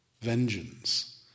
vengeance